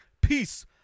Peace